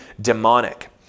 demonic